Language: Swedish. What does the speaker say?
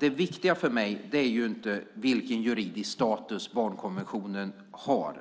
Det viktiga för mig är inte vilken juridisk status barnkonventionen har